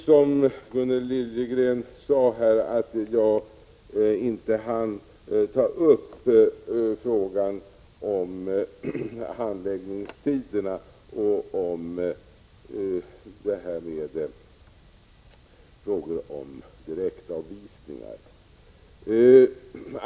Som Gunnel Liljegren sade hann jag inte ta upp frågorna om handläggningstiderna och direktavvisningarna.